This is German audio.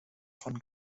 von